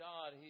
God